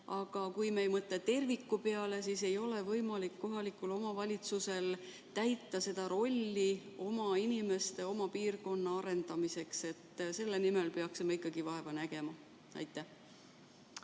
Aga kui me ei mõtle terviku peale, siis ei ole võimalik kohalikul omavalitsusel täita seda rolli oma inimeste [heaks], oma piirkonna arendamiseks. Selle nimel peaksime ikkagi vaeva nägema. Aitäh!